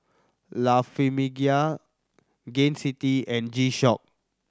La Famiglia Gain City and G Shock